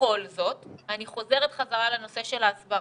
ובכל זאת, אני חוזרת חזרה לנושא של ההסברה,